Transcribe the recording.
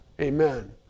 Amen